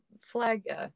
flag